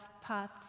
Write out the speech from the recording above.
path